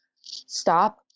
stop